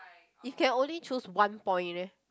if can only choose one point leh